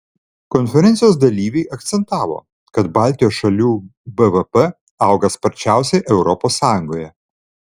konferencijos dalyviai akcentavo kad baltijos šalių bvp auga sparčiausiai europos sąjungoje